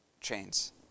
chains